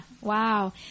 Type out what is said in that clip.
wow